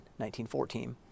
1914